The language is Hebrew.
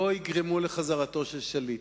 לא יגרמו לחזרתו של שליט,